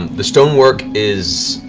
the stonework is